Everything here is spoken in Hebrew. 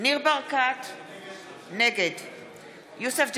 (קוראת בשמות חברי הכנסת) יוסף ג'בארין,